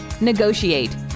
negotiate